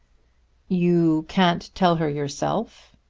you can't tell her yourself?